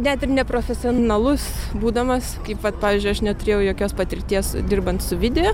net ir neprofesionalus būdamas kaip vat pavyzdžiui aš neturėjau jokios patirties dirbant su video